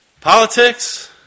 politics